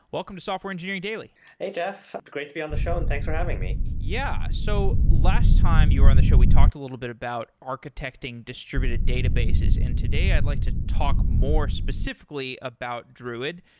welcome to software engineering daily hey, jeff. great to be on the show and thanks for having me yeah. so last time you were on the show, we talked a little bit about architecting distributed databases. and today, i'd like to talk more specifically about druid.